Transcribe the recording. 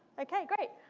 okay, great.